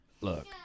look